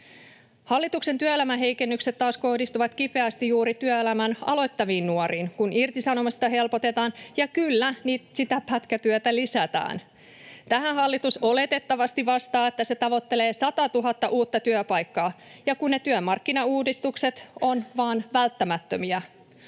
Hallituksen työelämäheikennykset taas kohdistuvat kipeästi juuri työelämän aloittaviin nuoriin, kun irtisanomista helpotetaan ja — kyllä — sitä pätkätyötä lisätään. Tähän hallitus oletettavasti vastaa, että se tavoittelee sataatuhatta uutta työpaikkaa ja ne työmarkkinauudistukset ovat vaan välttämättömiä.